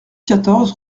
quatorze